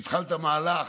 שהתחלת מהלך,